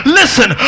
listen